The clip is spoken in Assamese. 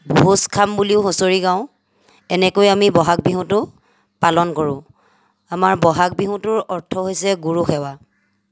ভোজ খাম বুলিও হুঁচৰি গাওঁ এনেকৈ আমি ব'হাগ বিহুটো পালন কৰোঁ আমাৰ ব'হাগ বিহুটোৰ অৰ্থ হৈছে গুৰু সেৱা